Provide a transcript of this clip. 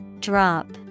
Drop